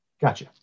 Gotcha